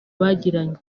bagiranye